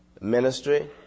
ministry